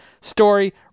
story